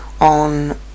on